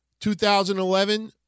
2011